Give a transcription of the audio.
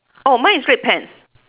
oh mine is red pants